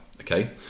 okay